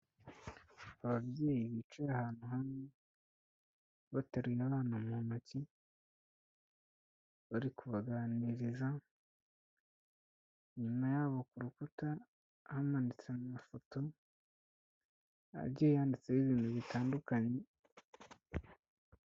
Ababyeyi bicaye ahantu hamwe bateruye abana mu ntoki, bari kubaganiriza, inyuma yabo ku rukuta hamanitse amafoto agiye yanditseho ibintu bitandukanye.